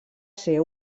ser